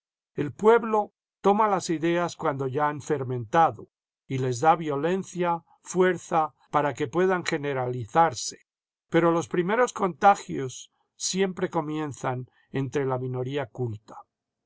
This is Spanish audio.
el pueblo toma las ideas cuando ya han fermentado y les da violencia fuerza para que puedan generalizarse pero los primeros contagios siempre comienzan entre la minoría culta